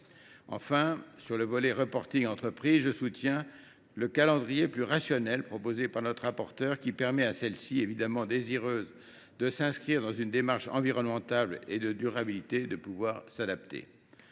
Sur le volet des entreprises, je soutiens le calendrier plus rationnel proposé par notre rapporteur, qui permet à celles ci, évidemment désireuses de s’inscrire dans une démarche environnementale et de durabilité, de s’adapter.